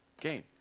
gain